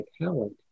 talent